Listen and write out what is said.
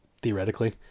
theoretically